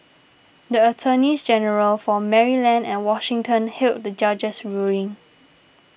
the attorneys general for Maryland and Washington hailed the judge's ruling